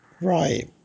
Right